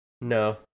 No